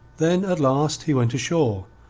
then, at last, he went ashore,